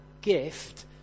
gift